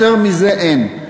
יותר מזה, אין.